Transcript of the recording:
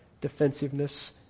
defensiveness